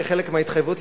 כחלק מההתחייבויות,